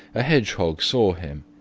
a hedgehog saw him,